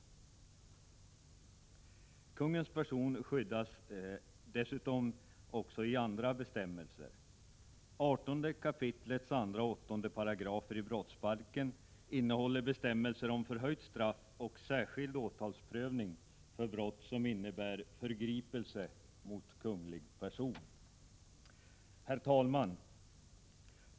Konungens person skyddas även av andra bestämmelser. 18 kap. 2 och 8 §§ brottsbalken innehåller bestämmelser om förhöjt straff och särskild åtalsprövning för brott som innebär förgripelse mot kunglig person. Herr talman!